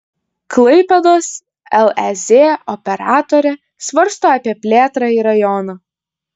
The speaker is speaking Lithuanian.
klaipėdos lez operatorė svarsto apie plėtrą į rajoną